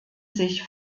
sich